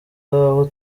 aho